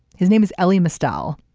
his name is ellie mostel.